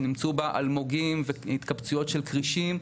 שנמצאו בה אלמוגים והתקבצויות של כרישים,